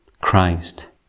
Christ